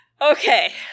Okay